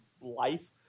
life